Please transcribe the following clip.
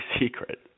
secret